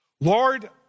Lord